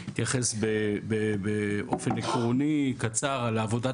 הוא יתייחס באופן עקרוני וקצר לעבודת